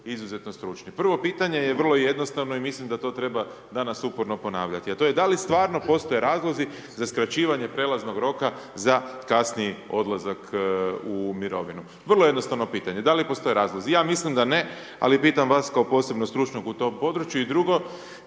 izuzetno stručni. Prvo je pitanje je vrlo jednostavno i mislim da to treba danas uporno ponavljati a to je da li stvarno postoje razlozi za skraćivanje prijelaznog roka za kasniji odlazak u mirovinu? Vrlo jednostavno pitanje, da li postoje razlozi, ja mislim da ne ali pitam vas kao posebno stručnog u tom području. I drugo